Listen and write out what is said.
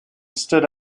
stood